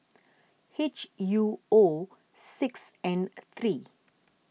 H U O six N three